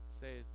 Say